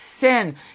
sin